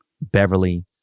Beverly